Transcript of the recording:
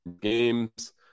Games